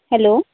hello